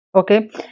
Okay